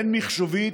הן מחשובית